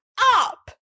up